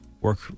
work